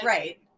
Right